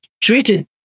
treated